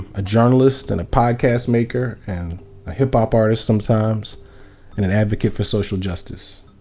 a journalist and a podcast maker and a hip hop artist sometimes, and an advocate for social justice.